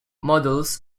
models